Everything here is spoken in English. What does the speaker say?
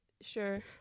Sure